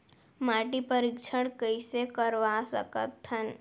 माटी परीक्षण कइसे करवा सकत हन?